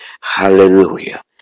Hallelujah